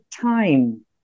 time